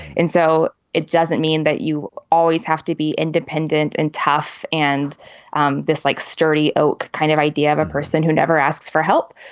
and so it doesn't mean that you always have to be independent and tough and um this like sturdy oak kind of idea of a person who never asks for help.